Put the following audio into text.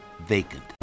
vacant